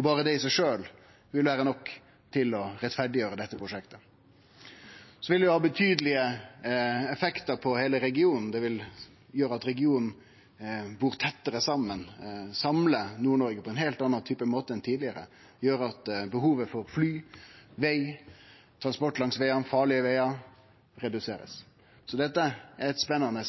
Berre det i seg sjølv vil vere nok til å rettferdiggjere dette prosjektet. Så vil det ha betydelege effektar for heile regionen. Det vil gjere at regionen bur tettare saman, samle Nord-Noreg på ein heilt annan måte enn tidlegare, som gjer at behovet for fly, veg, transport langs vegane, farlege vegar, blir redusert. Så dette er eit spennande